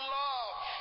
love